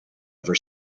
ever